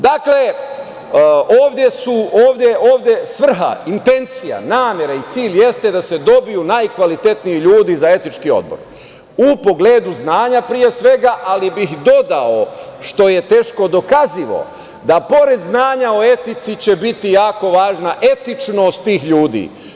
Dakle, ovde je svrha, intencija, namera i cilj da se dobiju najkvalitetniji ljudi za etički odbor u pogledu znanja pre svega, ali bih dodao, što je teško dokazivo, da pored znanja o etici će biti jako važna etičnost tih ljudi.